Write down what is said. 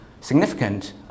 significant